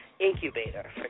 incubator